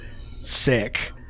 sick